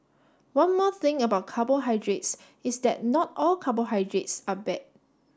one more thing about carbohydrates is that not all carbohydrates are bad